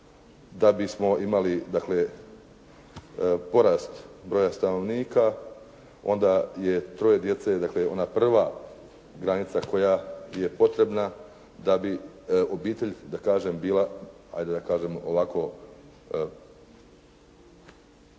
da bismo imali porast stanovnika, onda je troje djece dakle ona prva granica koja je potrebna da bi obitelj da kažem bila, ajde da kažem ovako,